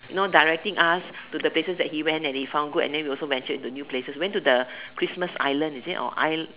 you know directing us to the places that he went and he found go and then we also venture into the new places went to the Christmas-island is it or isle